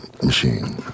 machine